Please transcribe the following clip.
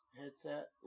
headset